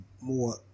more